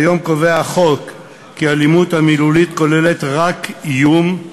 כיום קובע החוק כי האלימות המילולית כוללת רק איום,